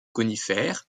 conifères